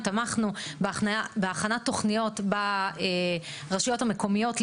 תמכנו בהכנת תוכניות ברשויות המקומיות,